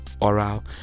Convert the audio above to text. oral